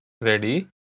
ready